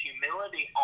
Humility